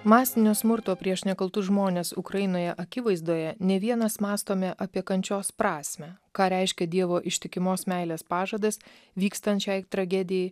masinio smurto prieš nekaltus žmones ukrainoje akivaizdoje ne vienas mąstome apie kančios prasmę ką reiškia dievo ištikimos meilės pažadas vykstant šiai tragedijai